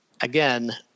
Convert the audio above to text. again